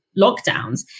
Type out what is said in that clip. lockdowns